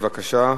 בבקשה,